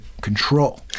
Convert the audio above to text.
control